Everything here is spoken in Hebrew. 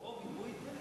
בדיוק, או בגיבוי דלק.